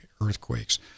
earthquakes